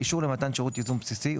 אישור למתן שירות ייזום בסיסי,